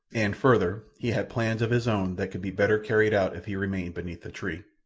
and, further, he had plans of his own that could be better carried out if he remained beneath the tree.